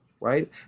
right